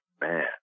man